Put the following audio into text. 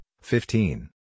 fifteen